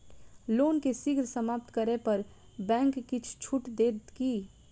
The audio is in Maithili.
लोन केँ शीघ्र समाप्त करै पर बैंक किछ छुट देत की